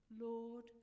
Lord